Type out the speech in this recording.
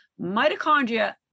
mitochondria